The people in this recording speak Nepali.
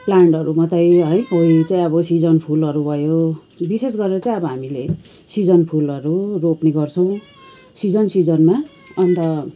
प्लान्टहरू मात्रै है कोही चाहिँ अब सिजन फुलहरू भयो विशेष गरेर चाहिँ अब हामीले सिजन फुलहरू रोप्ने गर्छौँ सिजन सिजनमा अन्त